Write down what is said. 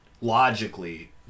logically